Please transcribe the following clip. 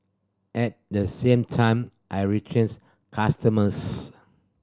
at the same time I retains customers